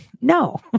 no